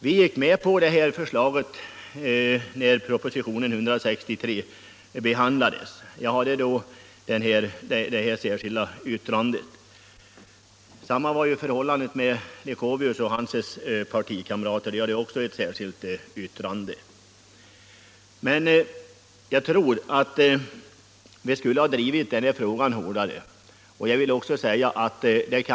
Vi gick med på förslaget när propositionen 163 år 1974 behandlades, men jag hade ett särskilt yttrande, och det hade också herr Leuchovius och en partikamrat till honom. Men jag tror att vi skulle ha drivit frågan hårdare då.